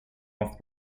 off